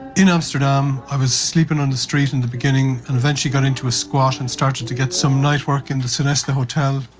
in amsterdam i was sleeping on the street in the beginning and eventually got into a squat and started to get some night work in the sonesta hotel.